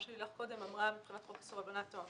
שאמרה קודם לילך מבחינת חוק איסור הלבנת הון.